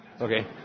okay